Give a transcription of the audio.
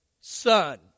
Son